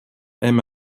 aime